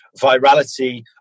virality